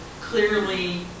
clearly